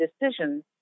decisions